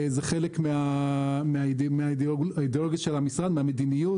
זה חלק מהאידאולוגיה של המשרד ומהמדיניות.